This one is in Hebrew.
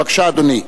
בבקשה, אדוני.